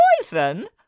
poison